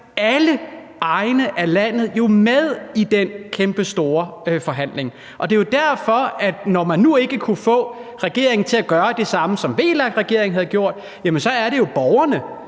alle egne af landet jo med i den kæmpestore forhandling. Det er jo derfor, at borgerne, når man nu ikke kunne få regeringen til at gøre det samme, som VLAK-regeringen havde gjort, så siger: Jamen